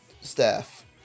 staff